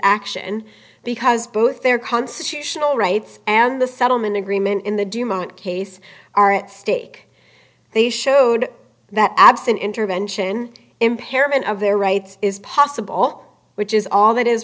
action because both their constitutional rights and the settlement agreement in the dumont case are at stake they showed that absent intervention impairment of their rights is possible which is all that is